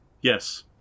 yes